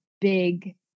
big